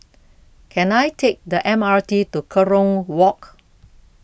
can I take the M R T to Kerong Walk